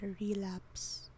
relapse